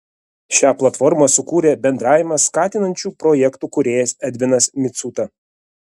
šią platformą sukūrė bendravimą skatinančių projektų kūrėjas edvinas micuta